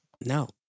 no